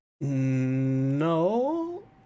no